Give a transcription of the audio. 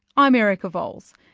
i'm erica vowles.